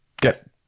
get